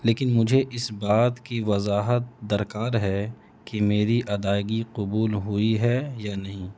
لیکن مجھے اس بات کی وضاحت درکار ہے کہ میری ادائیگی قبول ہوئی ہے یا نہیں